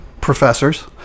professors